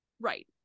right